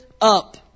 up